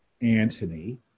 Antony